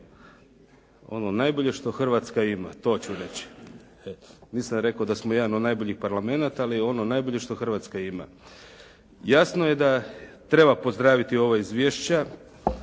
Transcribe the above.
što najbolje što Hrvatska ima. To ću reći. Nisam rekao da smo jedan od najboljih Parlamenata, ali ono najbolje što Hrvatska ima. Jasno je da treba pozdraviti ovo izvješće,